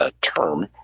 term